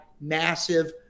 massive